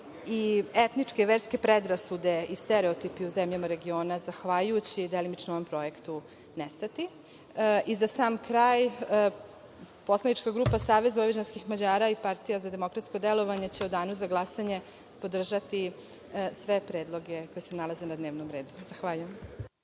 će etničke i verske predrasude i stereotipi u zemljama regiona, zahvaljujući ovom projektu, nestati.Za sam kraj, poslanika grupa Savez vojvođanskih Mađara i Partija za demokratsko delovanje će u danu za glasanje podržati sve predloge koji se nalaze na dnevnom redu. Zahvaljuje.